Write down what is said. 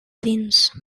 dins